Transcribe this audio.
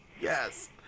Yes